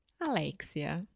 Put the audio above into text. Alexia